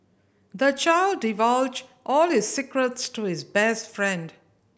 the child divulged all his secrets to his best friend